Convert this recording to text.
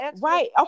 Right